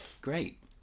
Great